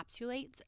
encapsulates